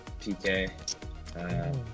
PK